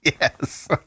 Yes